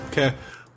Okay